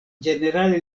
ĝenerale